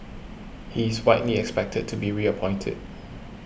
he's widely expected to be reappointed